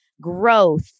growth